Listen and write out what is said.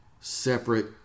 separate